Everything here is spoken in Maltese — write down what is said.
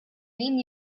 min